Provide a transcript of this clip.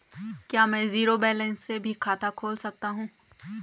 क्या में zero balance से भी खाता खोल सकता हूँ?